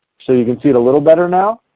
so you can see it a little better now.